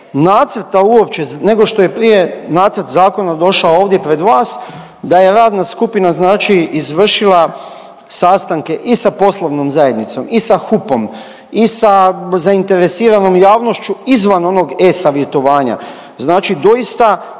nacrta uopće nego što je prije nacrt zakona došao ovdje pred vas, da je radna skupina izvršila sastanke i sa poslovnom zajednicom i sa HUP-om i sa zainteresiranom javnošću izvan onog eSavjetovanja, znači doista